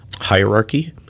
Hierarchy